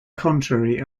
contrary